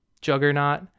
Juggernaut